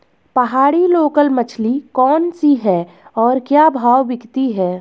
पहाड़ी लोकल मछली कौन सी है और क्या भाव बिकती है?